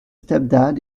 stepdad